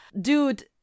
dude